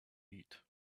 eat